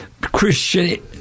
Christian